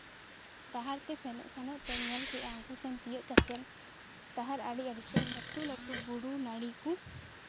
ᱰᱟᱦᱟᱨ ᱛᱮ ᱥᱮᱱᱚᱜ ᱥᱮᱱᱚᱜ ᱛᱮᱧ ᱧᱮᱞ ᱠᱮᱫᱟ ᱩᱱᱠᱩ ᱴᱷᱮᱱ ᱛᱤᱭᱳᱜ ᱠᱟᱛᱮᱫ ᱰᱟᱦᱟᱨ ᱟᱲᱮ ᱟᱲᱮ ᱛᱮ ᱞᱟᱹᱴᱩ ᱞᱟᱹᱴᱩ ᱵᱩᱨᱩ ᱱᱟᱹᱲᱤ ᱠᱚ